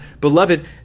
Beloved